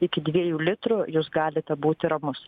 iki dviejų litrų jūs galite būti ramus